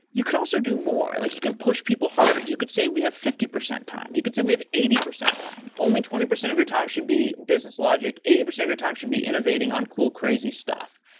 you can also do more. like you can push people harder. you could say, we have fifty percent time. you could say, we have eighty percent time. only twenty percent of your time should be business logic. eighty percent of your time should be innovating on cool crazy stuff.